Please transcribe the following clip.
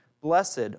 Blessed